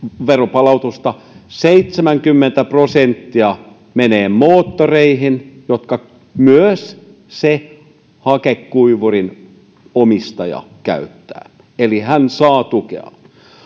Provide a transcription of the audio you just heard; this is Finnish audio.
palautuksesta seitsemänkymmentä prosenttia menee moottoreihin joita myös sen hakekuivurin omistaja käyttää eli hän saa tukea